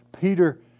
Peter